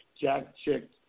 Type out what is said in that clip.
jack-chick